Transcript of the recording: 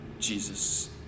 Jesus